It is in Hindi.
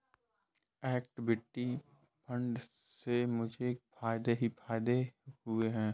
इक्विटी फंड से मुझे फ़ायदे ही फ़ायदे हुए हैं